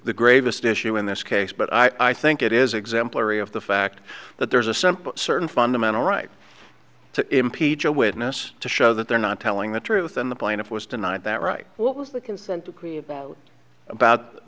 the greatest issue in this case but i think it is exemplary of the fact that there's a simple certain fundamental right to impeach a witness to show that they're not telling the truth and the plaintiff was denied that right what was the consent decree about about